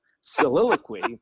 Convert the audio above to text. soliloquy